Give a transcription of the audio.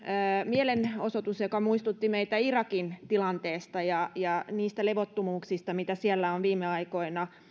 mielenosoitus joka muistutti meitä irakin tilanteesta ja ja niistä levottomuuksista joita siellä on viime aikoina